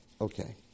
Okay